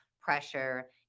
pressure